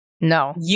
No